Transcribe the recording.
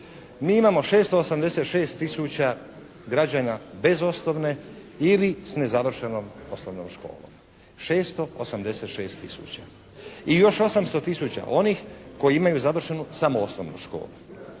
mi imamo 686 tisuća građana bez osnovne ili s nezavršenom osnovnom školom, 686 tisuća i još 800 tisuća onih koji imaju završenu samo osnovnu školu.